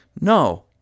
No